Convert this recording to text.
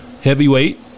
heavyweight